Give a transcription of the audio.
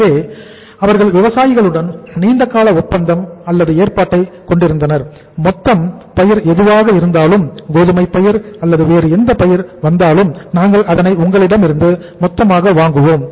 எனவே அவர்கள் விவசாயிகளுடன் நீண்டகால ஒப்பந்தம் அல்லது ஏற்பாட்டை கொண்டிருந்தனர் மொத்தம் பயிர் எதுவாக இருந்தாலும் கோதுமை பயிர் அல்லது வேறு எந்த பயிர் வந்தாலும் நாங்கள் அதனை உங்களிடமிருந்து மொத்தமாக வாங்குவோம்